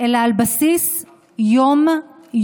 אלא על בסיס יום-יומי,